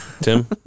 Tim